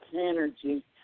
energy